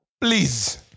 please